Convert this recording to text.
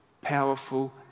powerful